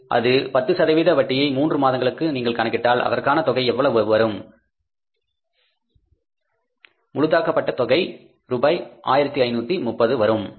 இந்த 61000 இல் 10 சதவீத வட்டியை மூன்று மாதங்களுக்கு நீங்கள் கணக்கிட்டால் அதற்கான தொகை எவ்வளவு வரும் முழுதாக்கப்பட்ட தொகை ரூபாய் 1530 வரும்